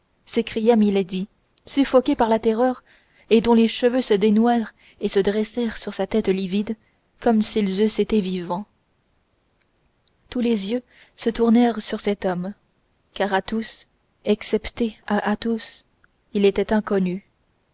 s'écria milady suffoquée par la terreur et dont les cheveux se dénouèrent et se dressèrent sur sa tête livide comme s'ils eussent été vivants tous les yeux se tournèrent sur cet homme car à tous excepté à athos